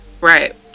Right